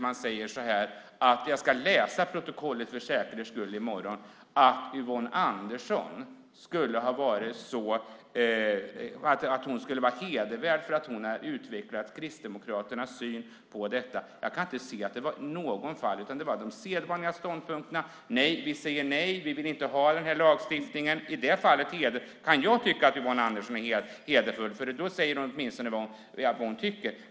Man säger att jag ska läsa protokollet i morgon för säkerhets skull, och Yvonne Andersson skulle vara hedervärd för att hon har utvecklat Kristdemokraternas syn på detta. Jag kan inte se att det var något annat än de sedvanliga ståndpunkterna: Nej, vi säger nej, vi vill inte ha den här lagstiftningen. I det fallet kan jag tycka att Yvonne Andersson är hedervärd, för hon säger åtminstone vad hon tycker.